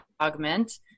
augment